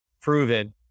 proven